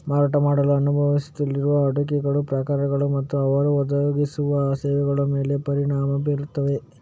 ಮಾರಾಟ ಮಾಡಲು ಅನುಮತಿಸಲಾದ ಹೂಡಿಕೆಗಳ ಪ್ರಕಾರಗಳು ಮತ್ತು ಅವರು ಒದಗಿಸುವ ಸೇವೆಗಳ ಮೇಲೆ ಪರಿಣಾಮ ಬೀರುತ್ತದೆ